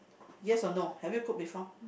yes or no have you cook before